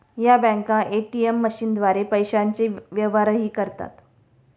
या बँका ए.टी.एम मशीनद्वारे पैशांचे व्यवहारही करतात